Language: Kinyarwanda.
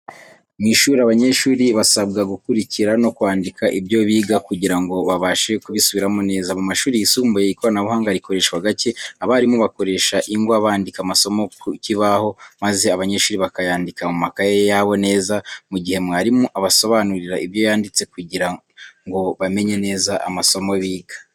Mu ishuri, abanyeshuri basabwa gukurikira no kwandika ibyo biga kugira ngo babashe kubisubiramo neza. Mu mashuri yisumbuye, ikoranabuhanga rikoreshwa gake, abarimu bakoresha ingwa bandika amasomo ku kibaho, maze abanyeshuri bakayandika mu makayi yabo neza, mu gihe mwarimu abasobanurira ibyo yanditse, kugira ngo bamenye neza amasomo biga.